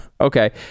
okay